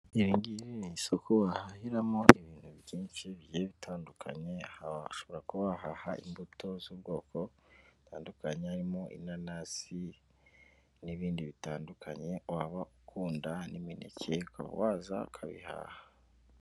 Iri ngiri ni isoko wahahiramo ibintu byinshi bigiye bitandukanye, ushobora kuba wahaha imbuto z'ubwoko butandukanye harimo inanasi n'ibindi bitandukanye waba ukunda, n'imineke ukaba waza ukabihaha.